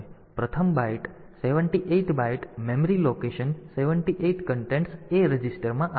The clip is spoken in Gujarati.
તેથી પ્રથમ બાઇટ 78 બાઇટ મેમરી લોકેશન 78 સામગ્રી A રજીસ્ટરમાં આવે છે